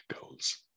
goals